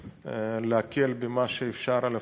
להקל במה שאפשר על הפלסטינים.